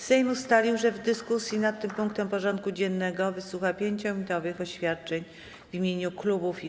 Sejm ustalił, że w dyskusji nad tym punktem porządku dziennego wysłucha 5-minutowych oświadczeń w imieniu klubów i koła.